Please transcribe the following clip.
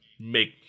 make